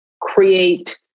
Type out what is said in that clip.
create